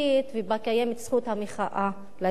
ובה קיימת זכות המחאה לאזרחים,